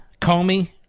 Comey